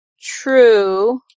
True